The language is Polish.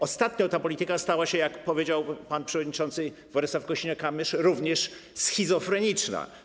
Ostatnio ta polityka stała się, jak powiedział pan przewodniczący Władysław Kosiniak-Kamysz, również schizofreniczna.